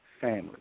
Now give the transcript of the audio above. family